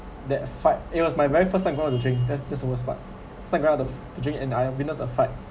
that fight it was my very first time to go out to drink that's that's the worst part think go out to to drink and I witness a fight